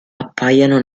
appaiono